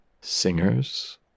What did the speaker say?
Singers